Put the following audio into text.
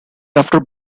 after